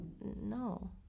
no